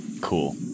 Cool